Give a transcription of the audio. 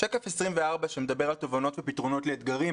שקף 24 שמדבר על תובנות ופתרונות לאתגרים.